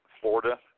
Florida